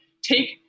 take